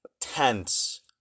tense